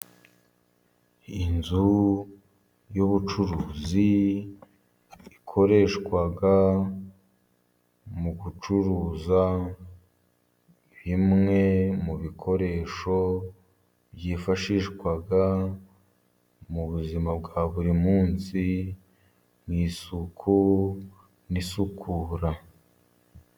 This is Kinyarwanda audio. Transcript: Inzu y'ubucuruzi ikoreshwa mu gucuruza, bimwe mu bikoresho byifashishwa mu buzima bwa buri munsi, mu isuku n'isukura.